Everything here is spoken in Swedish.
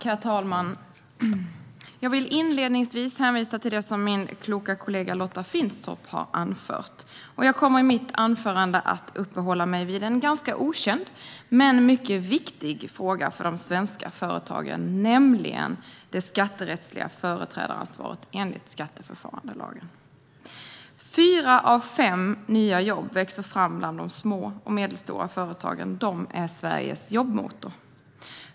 Herr talman! Jag vill inledningsvis hänvisa till det som min kloka kollega Lotta Finstorp har anfört. Jag kommer i mitt anförande att uppehålla mig vid en ganska okänd men mycket viktig fråga för de svenska företagen, nämligen det skatterättsliga företrädaransvaret enligt skatteförfarandelagen. Fyra av fem nya jobb växer fram bland de små och medelstora företagen. De är Sveriges jobbmotor.